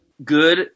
Good